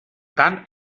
tant